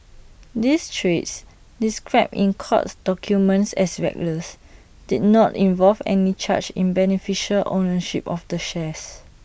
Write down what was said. these trades described in court documents as reckless did not involve any change in beneficial ownership of the shares